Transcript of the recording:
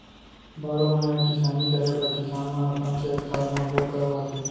बारो महिना किसानी करे बर किसान मन अपन खेत खार म बोर करवाथे